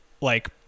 like-